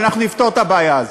אבל אנחנו נפתור את הבעיה הזאת.